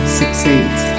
succeeds